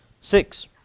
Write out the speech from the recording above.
Six